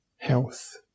Health